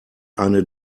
eine